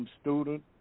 student